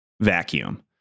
vacuum